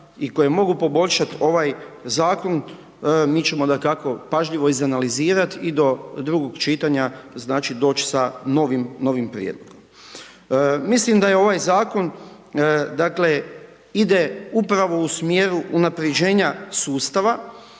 i koje mogu poboljšat ovaj zakon mi ćemo dakako pažljivo iz analizirat i do drugo čitanja znači doć sa novim, novim prijedlogom. Mislim da je ovaj zakon, dakle ide upravo u smjeru unapređenja sustava